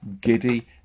giddy